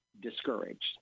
discouraged